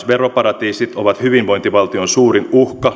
veroparatiisit ovat hyvinvointivaltion suurin uhka